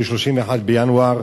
31 בינואר